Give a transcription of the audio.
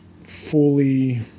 fully